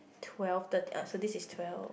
twelve thirt~ oh so this is twelve